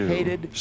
Hated